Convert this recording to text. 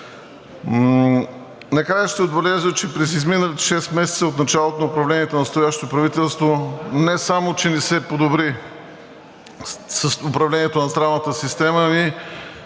Накрая ще отбележа, че през изминалите шест месеца от началото на управлението на настоящото правителство не само че не се подобри управлението на здравната система,